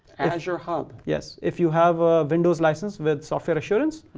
azure hub. yes. if you have a windows license with software assurance,